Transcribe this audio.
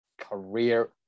career